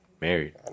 married